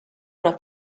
una